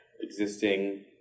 existing